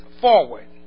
forward